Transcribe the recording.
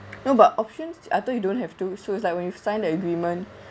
no but options I thought you don't have to so it's like when you sign the agreement